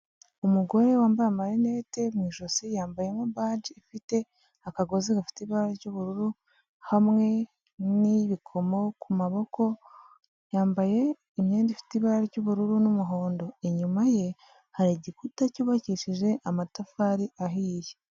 Umugore wambaye amalinette mu ijosi, yambaye nka baji ifite akagozi gafite ibara ry'ubururu, hamwe n'ibikomo ku maboko, yambaye imyenda ifite ibara ry'ubururu n'umuhondo, inyuma ye hari igikuta cyubakishije amatafari ahiye.